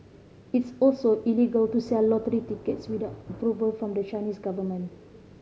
it's also illegal to sell lottery tickets without approval from the Chinese government